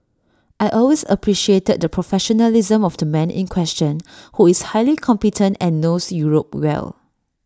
I always appreciated the professionalism of the man in question who is highly competent and knows Europe well